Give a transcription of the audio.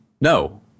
No